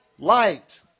Light